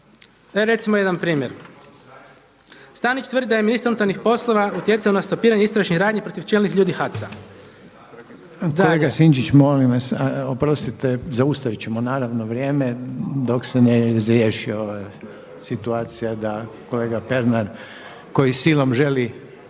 Evo recimo jedan primjer, Stanić tvrdi da je ministar unutarnjih poslova utjecao na stopiranje istražnih radnji protiv čelnih ljudi HAC-a. **Reiner, Željko (HDZ)** Kolega Sinčić molim vas, oprostite zaustavit ćemo naravno vrijeme dok se ne razriješi ova situacija da kolega Pernar koji silom želi